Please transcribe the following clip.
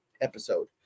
episode